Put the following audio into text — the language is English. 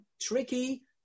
tricky